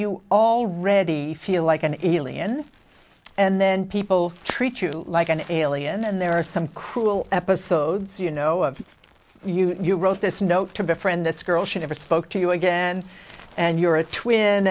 you already feel like an alien and then people treat you like an alien and there are some cruel episodes you know of you you wrote this note to befriend this girl she never spoke to you again and you're a twin